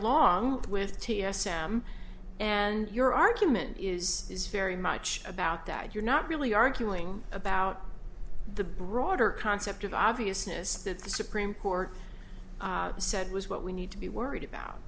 along with t s m and your argument is is very much about that you're not really arguing about the broader concept of obviousness that the supreme court said was what we need to be worried